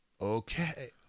Okay